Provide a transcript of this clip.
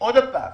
עוד פעם,